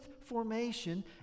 formation